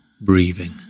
breathing